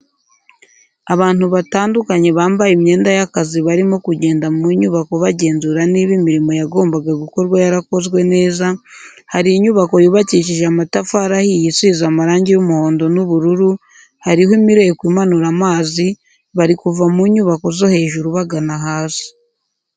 Abantu batandukanye bambaye imyenda y'akazi barimo kugenda mu nyubako bagenzura niba imirimo yagombaga gukorwa yarakozwe neza, hari inyubako yubakishije amatafari ahiye isize amarangi y'umuhondo n'ubururu, hariho imireko imanura amazi, bari kuva mu nyubako zo hejuru bagana hasi.